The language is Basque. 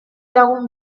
lagun